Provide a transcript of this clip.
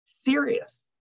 serious